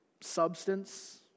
substance